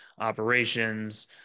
operations